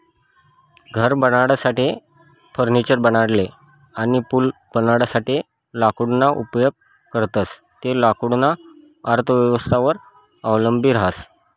घर बनाडासाठे, फर्निचर बनाडाले अनी पूल बनाडासाठे लाकूडना उपेग करतंस ते लाकूडना अर्थव्यवस्थावर अवलंबी रहास